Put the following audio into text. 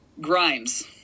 grimes